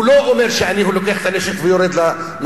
הוא לא אומר: אני לוקח את הנשק ויורד לרחוב,